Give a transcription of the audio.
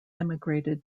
emigrated